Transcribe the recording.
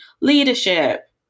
leadership